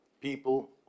People